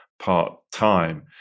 part-time